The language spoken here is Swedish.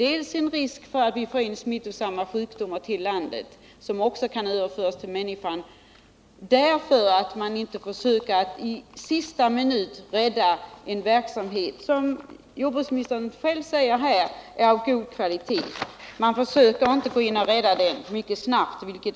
Det finns en risk för att vi för in smittosamma sjukdomar — som också kan överföras till människan — på grund av att man inte försöker att i sista minuten rädda en verksamhet som jordbruksministern själv säger är av god kvalitet. Det är